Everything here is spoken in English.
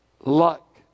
luck